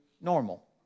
normal